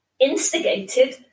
instigated